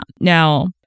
Now